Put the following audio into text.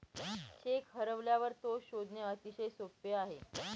check हरवल्यावर तो शोधणे अतिशय सोपे आहे